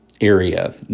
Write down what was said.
area